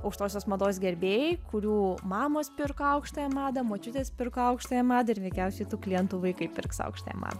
aukštosios mados gerbėjai kurių mamos pirko aukštąją madą močiutės pirko aukštąją madą ir veikiausiai tų klientų vaikai pirks aukštąją madą